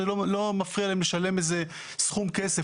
שלא מפריע להם לשלם איזה סכום כסף.